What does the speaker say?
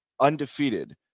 undefeated